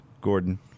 Gordon